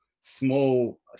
small